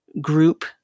group